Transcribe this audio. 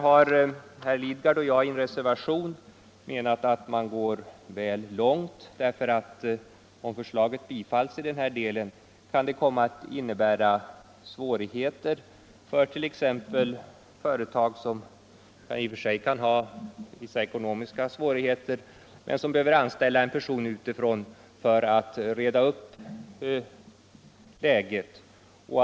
Herr Lidgard och jag har i en reservation ansett att man här går väl långt. Om förslaget i den delen bifalles kan det komma att medföra svårigheter för företag, som i och för sig kan ha vissa ekonomiska problem och som behöver anställa en person utifrån för att reda upp situationen.